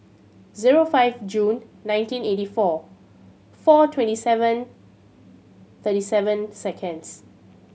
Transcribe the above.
zero five June nineteen eighty four four twenty seven thirty seven seconds